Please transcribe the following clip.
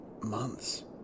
months